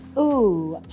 ooh.